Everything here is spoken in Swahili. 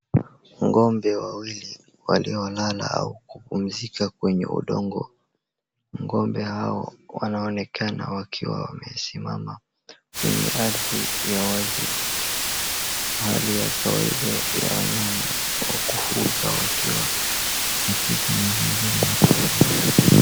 Ng'ombe wawili waliolala au kupumzika, kwenye udongo. Ng'ombe hawa wanaonekana wakiwa wamesimama kwenye ardhi ya wazi, hali ya kawaida ya wanyama wa kufuga wakiwa katika mazingira ya.